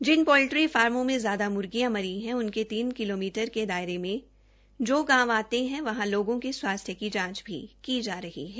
जिन poultry फार्मो में ज्याद मूर्गियां मरी है उनके तीन किलोमीटर के दायरे में जो गांव आते है वहों के लोगों के स्वास्थ्य की जांच की जा रही है